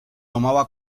tomaba